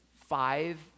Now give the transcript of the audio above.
five